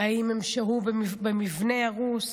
האם הם שהו במבנה הרוס?